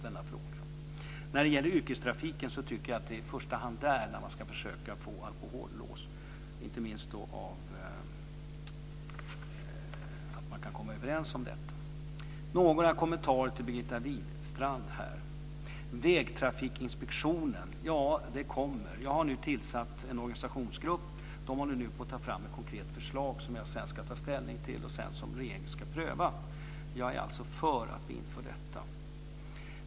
Denna fråga driver vi. Jag tycker att det i första hand är i yrkestrafiken som man ska försöka få alkohollås. Man ska kunna komma överens om det. Jag har några kommentarer till Birgitta Wistrand. Det som gäller vägtrafikinspektionen kommer. Jag har nu tillsatt en organisationsgrupp som håller på att ta fram ett konkret förslag som jag sedan ska ta ställning till och som regeringen ska pröva. Jag är alltså för att vi inför detta.